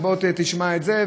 ובוא תשמע את זה,